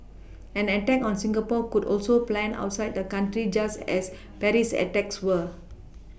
an attack on Singapore could also planned outside the country just as Paris attacks were